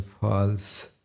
false